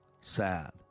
sad